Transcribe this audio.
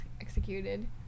executed